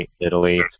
Italy